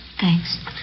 Thanks